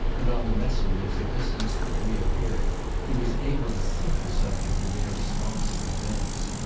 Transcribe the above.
and on the messenger's at this instant reappearing he was able to sink the subject in their responsive advance.